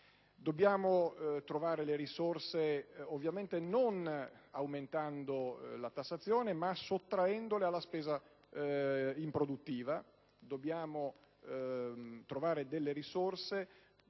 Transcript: Dobbiamo trovare le risorse, ovviamente non aumentando l'indebitamento ma sottraendole alla spesa improduttiva; dobbiamo trovare delle risorse